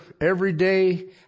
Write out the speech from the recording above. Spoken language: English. everyday